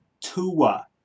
Tua